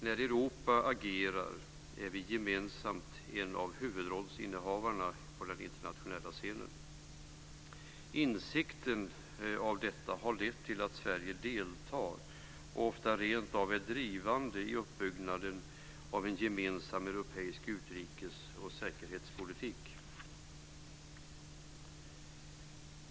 När Europa agerar är de europeiska länderna gemensamt en av huvudrollsinnehavarna på den internationella scenen. Insikten om detta har lett till att Sverige deltar, och ofta rentav är drivande, i uppbyggnaden av en gemensam europeisk utrikes och säkerhetspolitik.